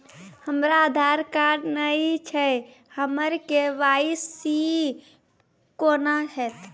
हमरा आधार कार्ड नई छै हमर के.वाई.सी कोना हैत?